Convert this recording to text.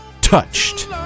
Touched